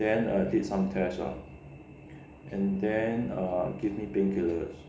then err did some test lah and then err give me painkillers